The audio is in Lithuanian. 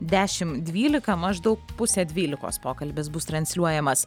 dešimt dvylika maždaug pusę dvylikos pokalbis bus transliuojamas